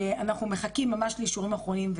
אנחנו מחכים לאישורים אחרונים,